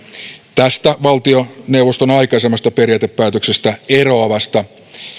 tästä valtioneuvoston aikaisemmasta periaatepäätöksestä eroavasta